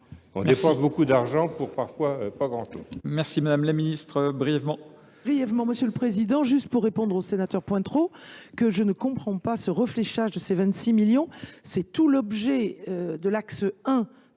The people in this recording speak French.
on dépense beaucoup d’argent pour parfois pas grand chose.